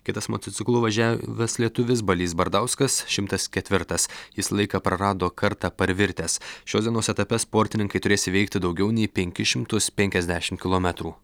kitas motociklu važiavęs lietuvis balys bardauskas šimtas ketvirtas jis laiką prarado kartą parvirtęs šios dienos etape sportininkai turės įveikti daugiau nei penkis šimtus penkiasdešim kilometrų